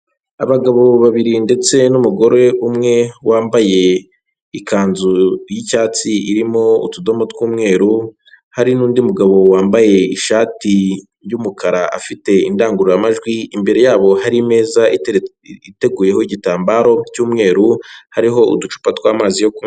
Abagabo babiri ndetse n'umugore umwe wambaye ikanzu y'icyatsi irimo utudomo tw'umweru. Hari n'undi mugabo wambaye ishati y'umukara afite indangururamajwi. Imbere yabo hari imeza iteguyeho igitambaro cy'umweru, hariho uducupa tw'amazi yo kunywa.